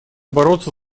бороться